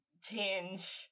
change